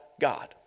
God